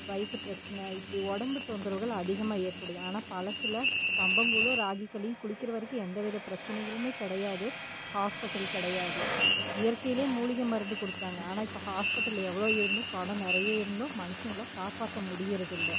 வயிற்று பிரச்சனை இப்படி உடம்பு தொந்தரவுகள் அதிகமாக ஏற்படுது ஆனால் பலசில் கம்பங் கூழும் ராகி களியும் குடிக்கிற வரைக்கும் எந்தவித பிரச்சனைகளுமே கிடயாது ஹாஸ்பிடல் கிடையாது இயற்கையிலே மூலிகை மருந்து கொடுத்தாங்க ஆனால் இப்போ ஹாஸ்பிடல் எவ்வளோ இருந்தும் பணம் நிறய இருந்தும் மனுசங்களை காப்பாற்ற முடிகிறது இல்லை